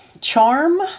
charm